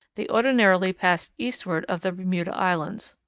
they ordinarily pass eastward of the bermuda islands.